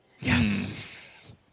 Yes